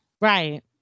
Right